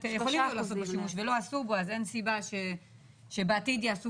יכולים לא לעשות בו שימוש ולא עשו בו אז אין סיבה שבעתיד יעשו